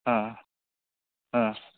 हा हा